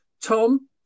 Tom